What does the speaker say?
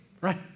right